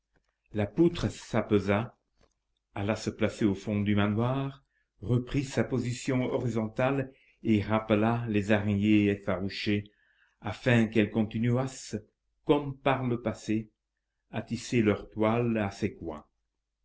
la poutre s'apaisa alla se placer au fond du manoir reprit sa position horizontale et rappela les araignées effarouchées afin qu'elles continuassent comme par le passé à tisser leur toile à ses